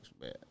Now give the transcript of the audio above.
man